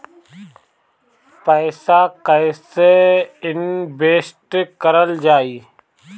पैसा कईसे इनवेस्ट करल जाई?